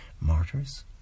martyrs